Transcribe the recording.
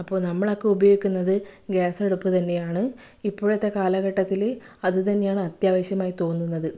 അപ്പോൾ നമ്മളൊക്കെ ഉപയോഗിക്കുന്നത് ഗ്യാസ് അടുപ്പ് തന്നെയാണ് ഇപ്പോഴത്തെ കാലഘട്ടത്തിൽ അതുതന്നെയാണ് അത്യാവശ്യമായി തോന്നുന്നത്